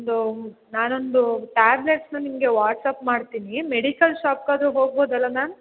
ಒಂದು ನಾನೊಂದು ಟಾಬ್ಲೆಟ್ಸನ್ನ ನಿಮಗೆ ವಾಟ್ಸಪ್ ಮಾಡ್ತೀನಿ ಮೆಡಿಕಲ್ ಶಾಪ್ಗಾದರೂ ಹೋಗ್ಬೌದಲ್ಲ ಮ್ಯಾಮ್